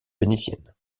vénitienne